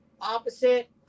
opposite